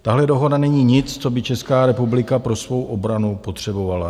Tahle dohoda není nic, co by Česká republika pro svou obranu potřebovala.